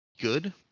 good